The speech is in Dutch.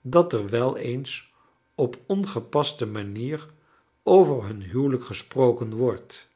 dat er wel eens op ongepaste manier over hun huwelijk gesproken wordt